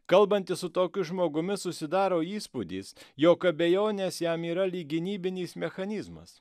kalbantis su tokiu žmogumi susidaro įspūdis jog abejonės jam yra lyg gynybinis mechanizmas